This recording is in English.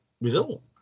result